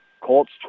Colts